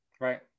Right